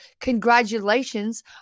Congratulations